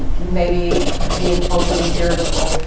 maybe being overly irritable.